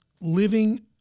Living